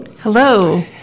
hello